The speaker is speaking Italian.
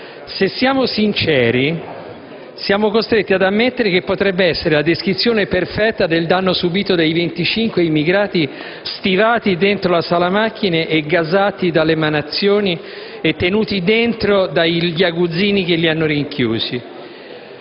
se siamo sinceri, siamo costretti ad ammettere che potrebbe essere la descrizione perfetta del danno subito dai 25 immigrati stivati dentro la sala macchina, gasati dalle emanazioni tossiche e tenuti dentro dagli aguzzini che li hanno rinchiusi.